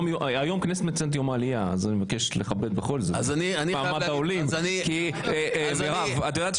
אני בוודאי אחסוך דיון, אני אביא את זה